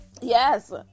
Yes